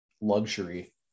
luxury